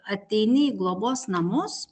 ateini į globos namus